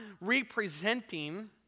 representing